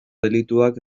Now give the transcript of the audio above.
delituak